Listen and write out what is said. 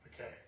Okay